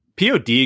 Pod